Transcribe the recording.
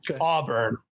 Auburn